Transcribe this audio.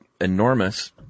enormous